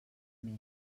més